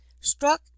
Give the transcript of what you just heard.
struck